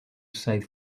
side